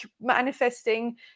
manifesting